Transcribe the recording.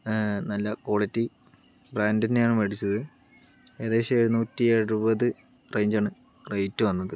നല്ല quality brand തന്നെയാണ് മേടിച്ചത് ഏകദേശം എഴുനൂറ്റി എഴുപത് റേഞ്ച് ആണ് റേറ്റ് വന്നത്